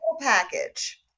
package